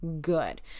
good